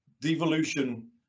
devolution